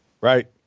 right